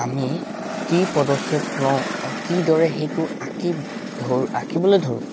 আমি কি পদক্ষেপ লওঁ আৰু কিদৰে সেইটো আঁকিম ধ আঁকিবলৈ ধৰোঁ